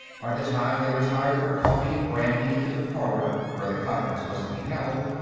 by the time they retired for coffee and brandy to the parlor where the conference was to be held,